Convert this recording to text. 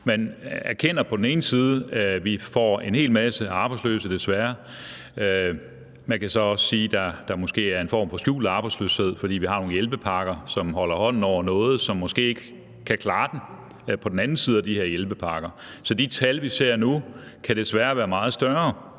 Man erkender på den ene side, at vi desværre får en hel masse arbejdsløse – man kan så også sige, at der måske er en form for skjult arbejdsløshed, fordi vi har nogle hjælpepakker, som holder hånden over noget, som måske ikke kan klare den på den anden side af de her hjælpepakker, så de tal, vi ser for det danske arbejdsmarked